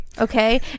Okay